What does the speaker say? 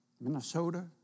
Minnesota